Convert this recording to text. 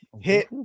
hit